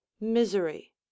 misery